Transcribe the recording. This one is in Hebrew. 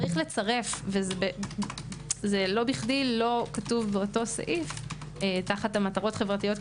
לא בכדי לא כתוב באותו סעיף תחת מטרות חברתיות,